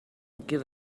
give